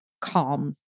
calm